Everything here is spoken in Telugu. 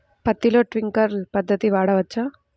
పత్తిలో ట్వింక్లర్ పద్ధతి వాడవచ్చా?